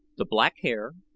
the black hair,